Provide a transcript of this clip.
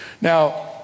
Now